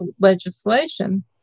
legislation